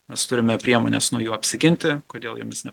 mes turime priemones nuo jų apsiginti kodėl jomis ne